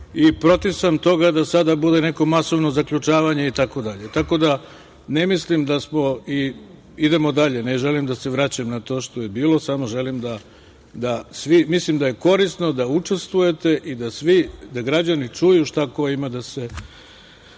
i protiv sam toga da sada bude neko masovno zaključavanje i tako dalje. Tako da, idemo dalje, ne želim da se vraćam na to što je bilo, samo mislim da je korisno da učestvujete i da građani čuju šta ko ima da kaže